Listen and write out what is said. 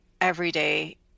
everyday